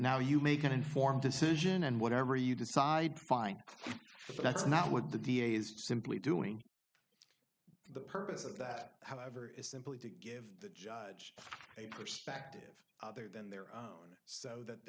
now you make an informed decision and whatever you decide fine that's not what the da is simply doing the purpose of that however is simply to give the judge a perspective other than their own so that